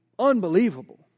Unbelievable